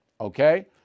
okay